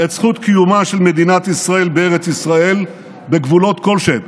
את זכות קיומה של מדינת ישראל בארץ ישראל בגבולות כלשהם.